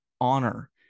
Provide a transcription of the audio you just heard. honor